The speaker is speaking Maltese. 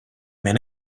minn